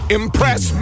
impress